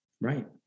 Right